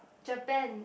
Japan